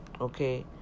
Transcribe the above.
Okay